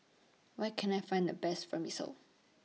Where Can I Find The Best Vermicelli